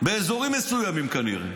באזורים מסוימים כנראה.